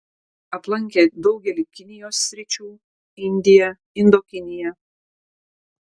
aplankė daugelį kinijos sričių indiją indokiniją